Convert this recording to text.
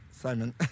Simon